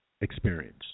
experience